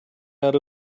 out